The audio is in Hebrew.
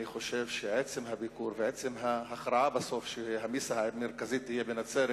אני חושב שעצם הביקור ועצם ההכרעה בסוף שהמיסה המרכזית תהיה בנצרת